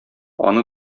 аны